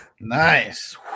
Nice